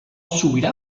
sobirà